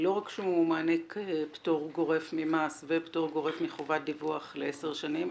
לא רק שהוא מעניק פטור גורף ממס ופטור גורף מחובת דיווח לעשר שנים,